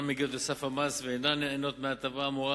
שאינן מגיעות לסף המס ואינן נהנות מההטבה האמורה,